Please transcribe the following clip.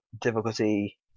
difficulty